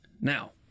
now